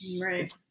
right